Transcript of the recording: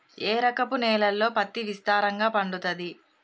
ఏ రకపు నేలల్లో పత్తి విస్తారంగా పండుతది?